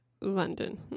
london